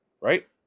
right